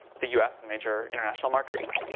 the u s. and major international markets.